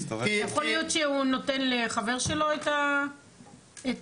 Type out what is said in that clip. יכול להיות שהוא נותן לחבר שלו את הפינוי